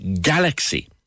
galaxy